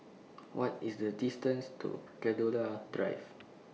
What IS The distance to Gladiola Drive